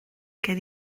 gen